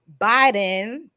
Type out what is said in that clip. Biden